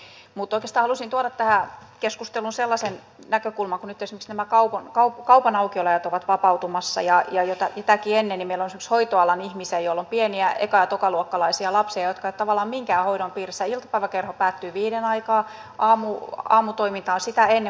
mutta oikeastaan halusin tuoda tähän keskusteluun yhden näkökulman kun nyt esimerkiksi nämä kaupan aukioloajat ovat vapautumassa ja sitäkin ennen meillä on ollut esimerkiksi hoitoalan ihmisiä joilla on pieniä eka ja tokaluokkalaisia lapsia jotka eivät ole tavallaan minkään hoidon piirissä iltapäiväkerho päättyy viiden aikaan aamutoimintaa on sitä ennen